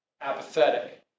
apathetic